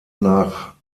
nach